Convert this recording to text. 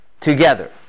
together